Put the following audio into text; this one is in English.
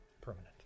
permanent